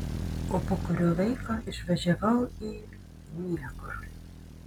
o po kurio laiko išvažiavau į niekur